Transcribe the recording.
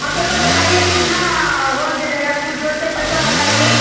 अच्छा तो बताइए कितना हो कर जाएगा कुल जोड़ के पैसा बताइए